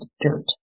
dirt